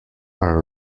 are